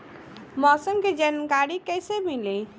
मौसम के जानकारी कैसे मिली?